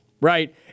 right